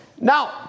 Now